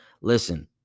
Listen